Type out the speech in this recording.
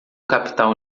capital